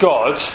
God